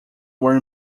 were